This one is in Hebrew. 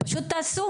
פשוט תעשו